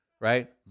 Right